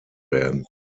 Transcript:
werden